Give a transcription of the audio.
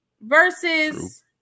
Versus